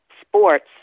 sports